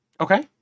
Okay